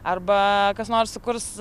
arba kas nors sukurs